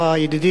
ידידי,